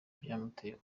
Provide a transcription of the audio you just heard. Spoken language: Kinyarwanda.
byamuteye